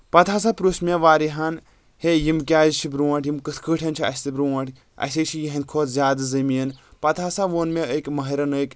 پتہٕ ہسا پرٛوژھ مےٚ واریاہن ہے یِم کیازِ چھِ برونٛٹھ یِم کِتھ کٲٹھۍ چھِ اَسہِ برونٛٹھ اَسہِ ہے چھِ یِہنٛدِ کھۄتہٕ زیادٕ زٔمیٖن پتہٕ ہسا وون مےٚ أکۍ مٲہرن أکۍ